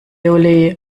olé